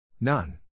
None